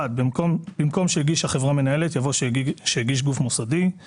(1) במקום "שהגישה חברה מנהלת" יבוא "שהגיש גוף מוסדי";